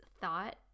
thought